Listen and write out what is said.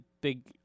big